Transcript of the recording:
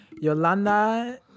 Yolanda